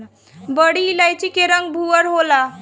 बड़ी इलायची के रंग भूअर होला